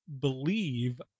believe